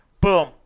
Boom